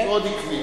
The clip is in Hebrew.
אדוני היושב-ראש,